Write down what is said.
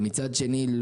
ומצד שני,